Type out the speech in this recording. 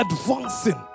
advancing